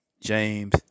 James